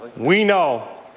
we know